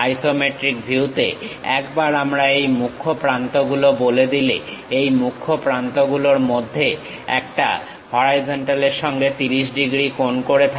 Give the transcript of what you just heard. isometric ভিউতে একবার আমরা এই মুখ্য প্রান্তগুলোকে বলে দিলে এই মুখ্য প্রান্ত গুলোর মধ্যে একটা হরাইজন্টালের সঙ্গে 30 ডিগ্রী কোণ করে থাকে